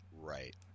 right